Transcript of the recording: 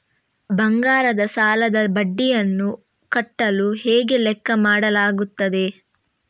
ಬಂಗಾರದ ಸಾಲದ ಬಡ್ಡಿಯನ್ನು ಕಟ್ಟಲು ಹೇಗೆ ಲೆಕ್ಕ ಮಾಡಲಾಗುತ್ತದೆ?